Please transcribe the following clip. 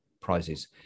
prizes